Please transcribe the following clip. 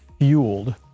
fueled